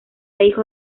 hijo